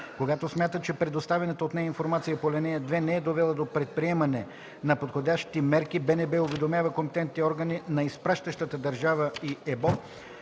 Когато смята, че предоставената от нея информация по ал. 2 не е довела до предприемане на подходящи мерки, БНБ уведомява компетентните органи на изпращащата държава и ЕБО